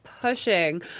pushing